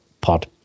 pod